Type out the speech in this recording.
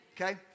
Okay